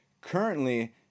Currently